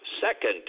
Second